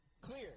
clear